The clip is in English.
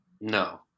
No